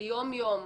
של יום יום,